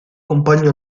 compagno